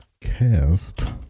cast